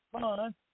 fun